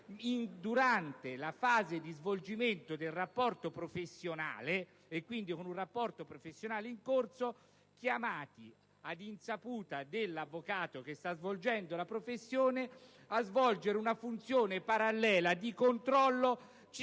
durante la fase di svolgimento del rapporto professionale, e quindi con un rapporto professionale in corso, chiamati - ad insaputa dell'avvocato che sta svolgendo la professione - a svolgere una funzione parallela di controllo circa